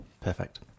Perfect